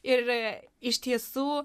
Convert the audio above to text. ir a iš tiesų